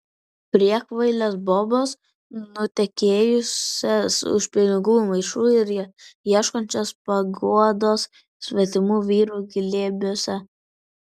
priekvailes bobas nutekėjusias už pinigų maišų ir ieškančias paguodos svetimų vyrų glėbiuose